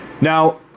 Now